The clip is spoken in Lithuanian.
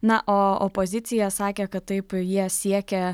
na o opozicija sakė kad taip jie siekia